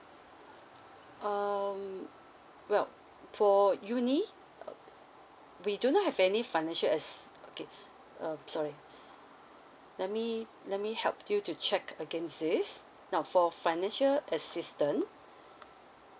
um well for uni um we do not have any financial ass~ okay um sorry let me let me help you to check against this now for financial assistance